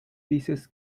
dices